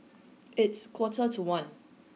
its quarter to one